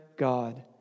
God